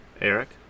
Eric